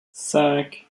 cinq